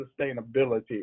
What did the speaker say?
sustainability